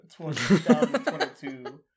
2022